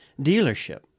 dealership